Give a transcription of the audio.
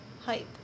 hype